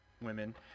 women